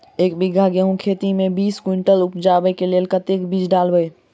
एक बीघा गेंहूँ खेती मे बीस कुनटल उपजाबै केँ लेल कतेक बीज डालबै?